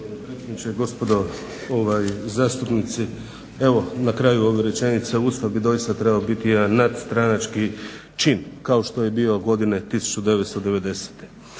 predsjedniče, gospodo zastupnici. Evo na kraju ove rečenice Ustav bi doista trebao biti jedan nadstranački čin kao što je bio godine 1990.